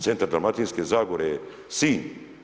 Centar Dalmatinske zagore je Sinj.